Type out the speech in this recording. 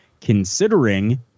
Considering